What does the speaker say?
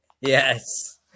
Yes